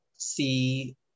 see